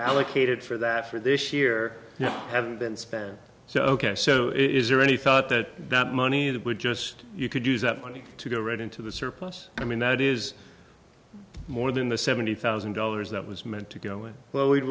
allocated for that for this year now haven't been spent so ok so is there any thought that that money that would just you could use that money to go right into the surplus i mean that is more than the seventy thousand dollars that was meant to go in well we'd